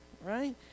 right